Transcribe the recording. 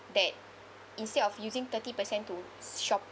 that instead of using thirty percent to shop